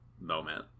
moment